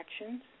actions